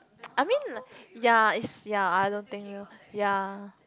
I mean ya is ya I don't think ya